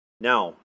Now